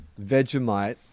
Vegemite